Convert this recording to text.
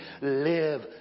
live